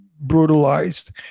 brutalized